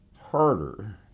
harder